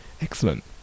Excellent